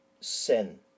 sin